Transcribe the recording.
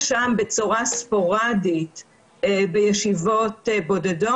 תודה על הסיום האופטימי.